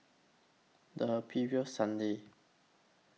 The previous Sunday